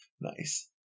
Nice